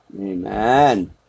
Amen